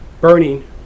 burning